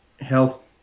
health